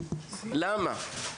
למה?